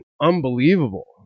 unbelievable